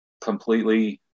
completely